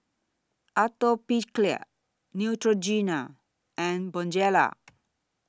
Atopiclair Neutrogena and Bonjela